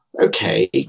okay